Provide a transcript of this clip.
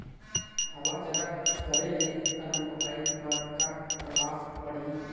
हवा जादा करे ले अरमपपई पर का परभाव पड़िही?